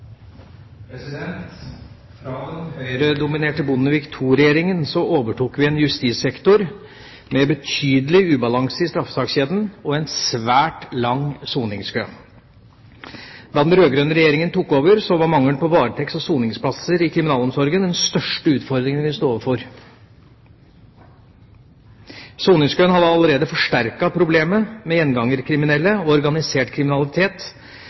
Fra den Høyre-dominerte Bondevik II-regjeringa overtok vi en justissektor med betydelig ubalanse i straffesakskjeden og en svært lang soningskø. Da den rød-grønne regjeringa tok over, var mangelen på varetekts- og soningsplasser i kriminalomsorgen den største utfordringen vi sto overfor. Soningskøen hadde allerede forsterket problemet med gjengangerkriminelle og organisert kriminalitet,